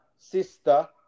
Sister